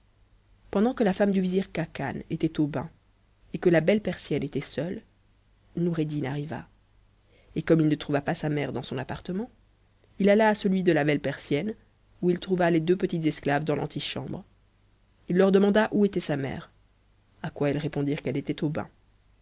pendant que la femme du vizir khacan était au bain et que la belle persienne était seule noureddin arriva et comme il ne trouva pas sa mère dans son appartement il alla à celui de la belle persienne où il trouva les deux petites esclaves dans l'antichambre ii leur demanda où était sa mère à quoi elles répondirent qu'elle était au bain